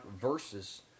versus